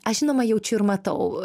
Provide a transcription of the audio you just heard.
aš žinoma jaučiu ir matau